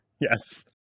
Yes